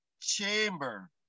chamber